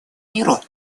миру